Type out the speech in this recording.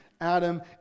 Adam